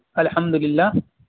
الحمد للہ